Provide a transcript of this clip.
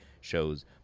shows